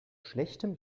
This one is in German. schlechtem